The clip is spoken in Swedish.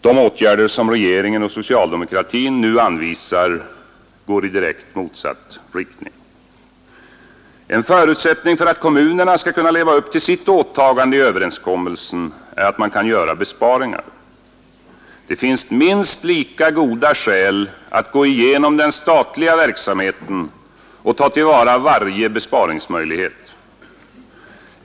De åtgärder som regeringen och socialdemokratin nu anvisar går i direkt motsatt riktning. En förutsättning för att kommunerna skall kunna leva upp till sitt åtagande i överenskommelsen är att man kan göra besparingar. Det finns minst lika goda skäl att gå igenom den statliga verksamheten och ta till vara varje besparingsmöjlighet.